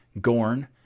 Gorn